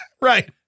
Right